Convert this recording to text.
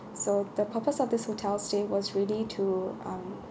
so the purpose of this hotel stay was really to um